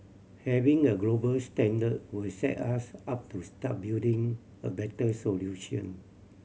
having a global standard will set us up to start building a better solution